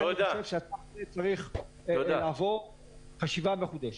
לכן, אני חושב שהנושא צריך לבוא לחשיבה מחודשת.